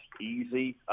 easy